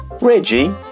Reggie